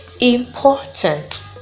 important